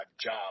job